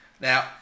Now